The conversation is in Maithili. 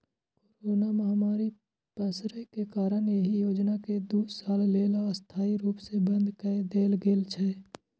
कोरोना महामारी पसरै के कारण एहि योजना कें दू साल लेल अस्थायी रूप सं बंद कए देल गेल छै